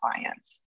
clients